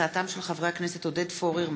הצעתם של חברי הכנסת עודד פורר,